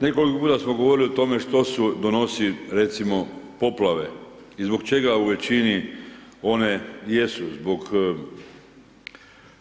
Nekoliko puta smo govorili o tome što su donosi, recimo, poplave i zbog čega u većini one jesu zbog